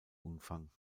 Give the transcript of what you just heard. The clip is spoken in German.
umfang